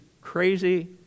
crazy